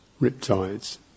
Riptides